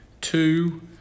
two